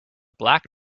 black